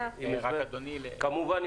בסדר גמור.